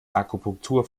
akupunktur